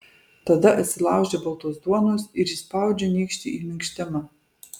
tada atsilaužia baltos duonos ir įspaudžia nykštį į minkštimą